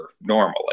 normally